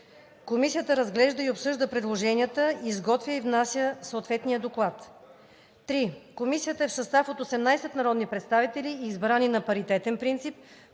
Комисията разглежда и обсъжда предложенията, изготвя и внася съответния доклад. 3. Комисията е в състав от 18 народни представители, избрани на паритетен принцип